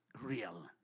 real